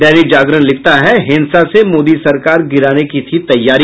दैनिक जागरण लिखता है हिंसा से मोदी सरकार गिरान की थी तैयारी